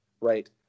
right